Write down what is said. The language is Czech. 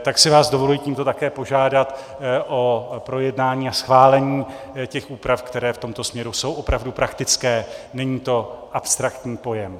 Tak si vás dovoluji tímto také požádat o projednání a schválení těch úprav, které v tomto směru jsou opravdu praktické, není to abstraktní pojem.